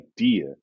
idea